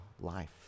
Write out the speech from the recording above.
life